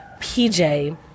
PJ